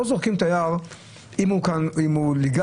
לא זורקים תייר אם הוא באופן לגלי,